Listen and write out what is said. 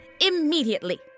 immediately